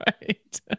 right